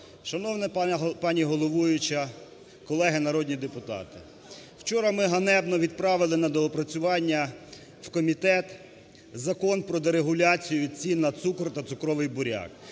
Шановна пані головуюча, колеги народні депутати, вчора ми ганебно відправили на доопрацювання в комітет Закон про дерегуляцію цін на цукор та цукровий буряк.